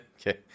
Okay